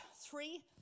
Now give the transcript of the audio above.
three